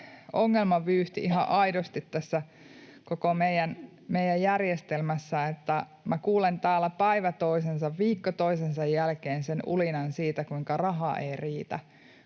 ongelmavyyhti ihan aidosti tässä koko meidän järjestelmässämme, että minä kuulen täällä päivä toisensa, viikko toisensa jälkeen sen ulinan siitä, kuinka raha ei riitä.